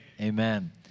Amen